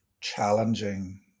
challenging